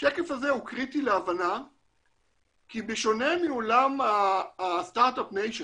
הוא קריטי להבנה כי בשונה מעולם הסטארט אפ ניישן,